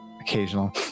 occasional